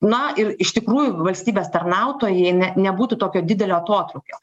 na ir iš tikrųjų valstybės tarnautojai ne nebūtų tokio didelio atotrūkio